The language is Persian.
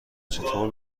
چطور